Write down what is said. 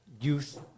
youth